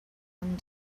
one